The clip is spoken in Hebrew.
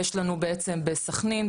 יש לנו בעצם בסכנין,